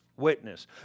witness